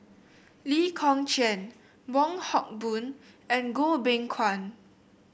Lee Kong Chian Wong Hock Boon and Goh Beng Kwan